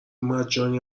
مجانی